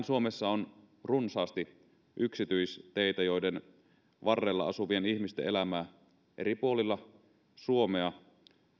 suomessa on runsaasti yksityisteitä joiden varrella asuvien ihmisten elämää eri puolilla suomea